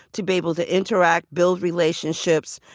to be able to interact, build relationships,